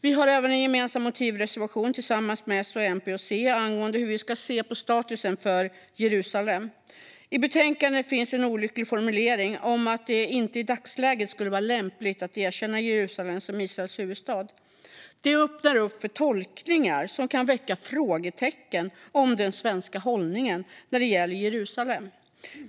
Vi har även en motivreservation tillsammans med S, MP och C angående hur vi ska se på statusen för Jerusalem. I betänkandet finns en olycklig formulering om att det inte i dagsläget skulle vara lämpligt att erkänna Jerusalem som Israels huvudstad. Det öppnar för tolkningar som kan väcka frågetecken om den svenska hållningen när det gäller Jerusalem.